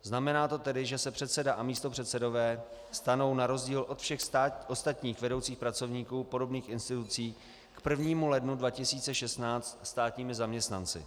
Znamená to tedy, že se předseda a místopředsedové stanou na rozdíl od všech ostatních vedoucích pracovníků podobných institucí k 1. lednu 2016 státními zaměstnanci.